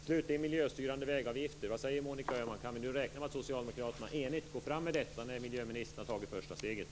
Slutligen: Vad säger Monica Öhman om miljöstyrande vägavgifter? Kan vi räkna med att socialdemokraterna enhälligt driver den frågan, nu när miljöministern har tagit första steget?